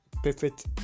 perfect